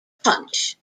punch